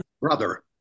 Brother